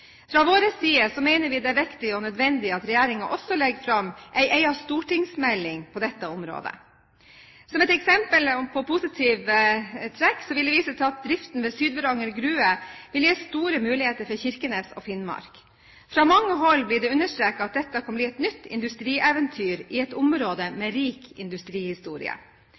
Fra vår side mener vi det er viktig og nødvendig at regjeringen også legger fram en egen stortingsmelding på dette området. Som et eksempel på positive trekk vil jeg vise til at driften ved Sydvaranger Gruve vil gi store muligheter for Kirkenes og Finnmark. Fra mange hold blir det understreket at dette kan bli et nytt industrieventyr i et område med rik industrihistorie.